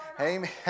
Amen